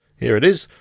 here it is,